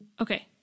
Okay